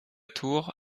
tour